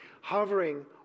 hovering